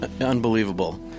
unbelievable